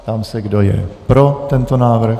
Ptám se, kdo je pro tento návrh.